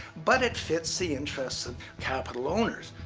but it fits the interests of capital owners.